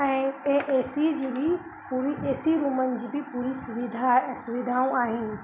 ऐं ए एसी जी बि पूरी एसी रूमनि जी बि पूरी सुविधा सुविधाऊं आहिनि